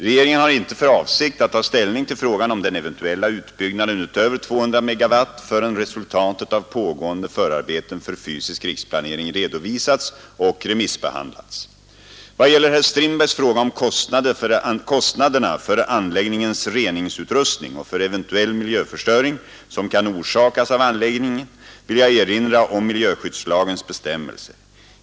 Regeringen har inte för avsikt att ta ställning till frågan om den eventuella utbyggnaden utöver 200 MW förrän resultatet av pågående förarbeten för fysisk riksplanering redovisats och remissbehandlats. I vad gäller herr Strindbergs fråga om kostnaderna för anläggningens reningsutrustning och för eventuell miljöförstöring som kan orsakas av anläggningen vill jag erinra om miljöskyddslagens bestämmelser.